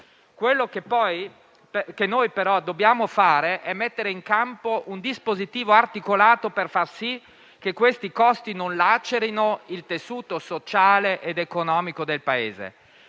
Quello che dobbiamo fare è mettere in campo un dispositivo articolato per far sì che tali costi non lacerino il tessuto sociale ed economico del Paese: